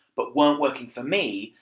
but weren't working for me,